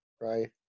right